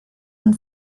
nun